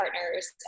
partners